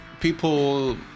people